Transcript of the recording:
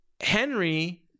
Henry